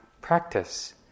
practice